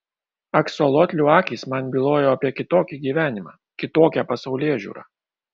aksolotlių akys man bylojo apie kitokį gyvenimą kitokią pasaulėžiūrą